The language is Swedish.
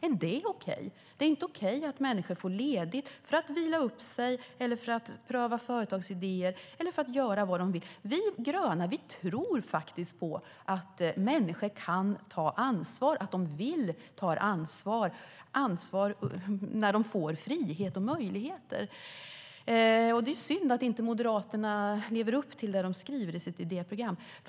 Är det okej? Det är inte okej att människor får ledigt för att vila upp sig, för att pröva företagsidéer eller för att göra någonting annat som de vill göra. Vi gröna tror på att människor kan ta ansvar, att de vill ta ansvar, när de får frihet och möjligheter. Det är synd att Moderaterna inte lever upp till det som de skriver i sitt idéprogram.